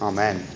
Amen